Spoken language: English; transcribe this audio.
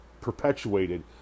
perpetuated